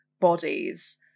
bodies